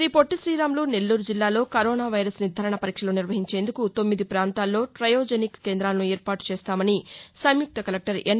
గ్రీ పొట్టికీరాములు నెల్లూరు జిల్లాలో corona virus నిర్దారణ పరీక్షలు నిర్వహించేందుకు తొమ్మిది ప్రాంతాల్లో ట్రయోజెనిక్ కేంద్రాలను ఏర్పాటు చేస్తామని సంయుక్త కలెక్లర్ ఎన్